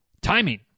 timing